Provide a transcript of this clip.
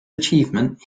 achievement